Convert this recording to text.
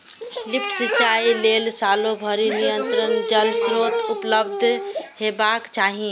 lift सिंचाइ लेल सालो भरि निरंतर जल स्रोत उपलब्ध हेबाक चाही